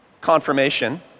confirmation